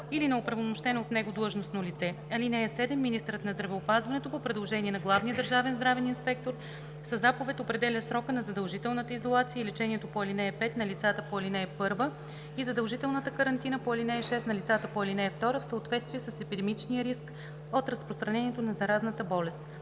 или на оправомощено от него длъжностно лице. (7) Министърът на здравеопазването по предложение на главния държавен здравен инспектор със заповед определя срока на задължителната изолация и лечението по ал. 5 на лицата по ал. 1 и задължителната карантина по ал. 6 на лицата по ал. 2 в съответствие с епидемичния риск от разпространението на заразната болест.